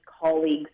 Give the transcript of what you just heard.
colleagues